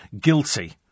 guilty